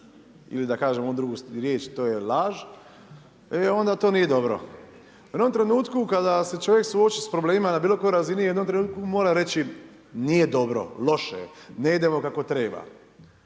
ili da kažem onu drugu riječ, to je laž. E onda to nije dobro. U jednom trenutku kada se čovjek suoči s problemima na bilo kojoj razini, u jednom trenutku mora reći nije dobro, loše je, ne idemo kako treba.